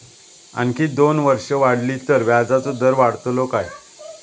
आणखी दोन वर्षा वाढली तर व्याजाचो दर वाढतलो काय?